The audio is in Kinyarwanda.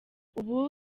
ubu